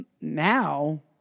now